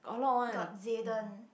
got Zyden